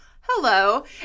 hello